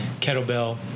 Kettlebell